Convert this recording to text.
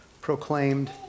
proclaimed